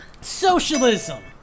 Socialism